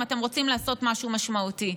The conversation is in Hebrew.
אם אתם רוצים לעשות משהו משמעותי.